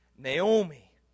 Naomi